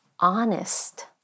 honest